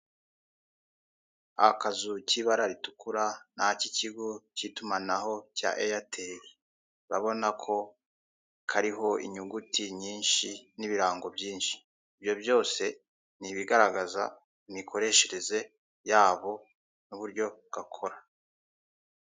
Akazu k'ibara ritukura ni ak'igo k'itumanaho cya Airtel, urabona ko kariho inyuguti nyinshi n'ibirango byinshi, ibyo byose ni ibigaragaza imikoreshereze yabo n'uburyo gakora.